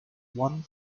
one